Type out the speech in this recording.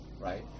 right